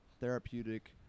therapeutic